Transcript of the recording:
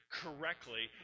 correctly